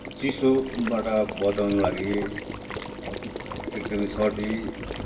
चिसोबाट बचाउँनुको लागि एकदमै सर्दी